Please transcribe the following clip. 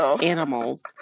animals